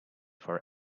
for